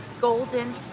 golden